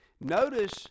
Notice